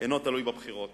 אינו תלוי בבחירות